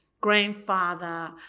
grandfather